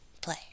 play